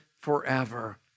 forever